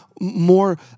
more